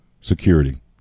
security